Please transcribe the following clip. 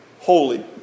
holy